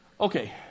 Okay